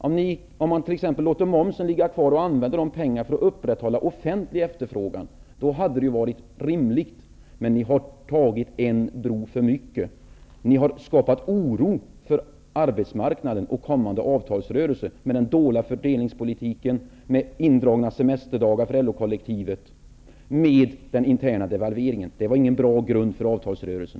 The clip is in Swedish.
Om man lät momsen ligga kvar och använde de pengarna för att upprätthålla den offentliga efterfrågan, hade det varit rimligt. Men ni har tagit en bro för mycket. Ni har skapat oro på arbetsmarknaden och i den kommande avtalsrörelsen med den dåliga fördelningspolitiken, med indragna semesterdagar för LO-kollektivet och med den interna devalveringen. Det var ingen bra grund för avtalsrörelsen